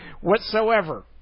whatsoever